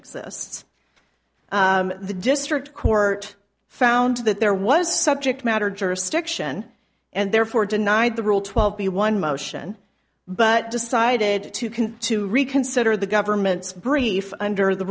exists the district court found that there was subject matter jurisdiction and therefore denied the rule twelve b one motion but decided to can to reconsider the government's brief under the